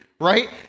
right